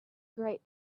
great